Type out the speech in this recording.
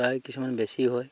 প্ৰায় কিছুমান বেছি হয়